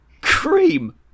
Cream